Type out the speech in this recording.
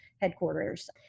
headquarters